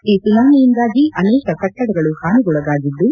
ಈ ಸುನಾಮಿಯಿಂದಾಗಿ ಅನೇಕ ಕಟ್ಟಡಗಳು ಹಾನಿಗೊಳಗಾಗಿದ್ದು